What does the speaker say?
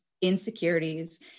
insecurities